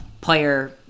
player